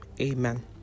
Amen